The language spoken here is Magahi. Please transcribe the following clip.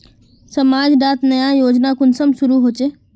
समाज डात नया योजना कुंसम शुरू होछै?